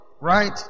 Right